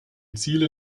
ziele